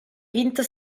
vinto